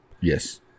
Yes